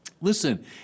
Listen